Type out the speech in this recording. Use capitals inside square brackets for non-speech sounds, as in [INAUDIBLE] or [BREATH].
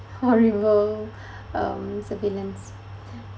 horrible [BREATH] um surveillance